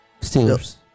Steelers